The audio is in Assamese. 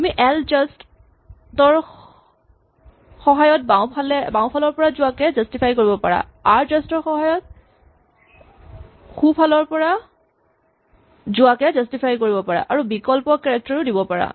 তুমি এলজাস্ট ৰ সময়ত বাওঁফালৰ পৰা যোৱাকে জাস্টিফাই কৰিব পাৰা আৰজাস্ট ৰ সময়ত সোঁফালৰ পৰা যোৱাকে জাস্টিফাই কৰিব পাৰা আৰু বিকল্প কেৰেক্টাৰ ও দিব পাৰা